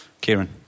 Kieran